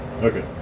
Okay